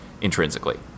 intrinsically